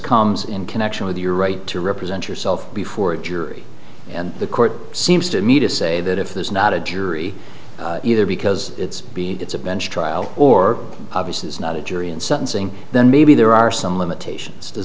comes in connection with your right to represent yourself before a jury and the court seems to me to say that if there's not a jury either because it's been it's a bench trial or obviously it's not a jury and sentencing then maybe there are some